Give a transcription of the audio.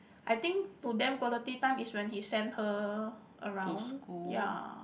I think to them quality time is when he send her around ya